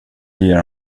ger